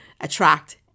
attract